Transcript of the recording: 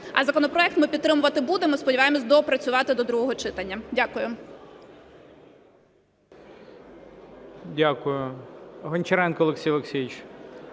А законопроект ми підтримувати будемо, сподіваємося доопрацювати до другого читання. Дякую. ГОЛОВУЮЧИЙ. Дякую. Гончаренко Олексій Олексійович.